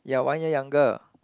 you are one year younger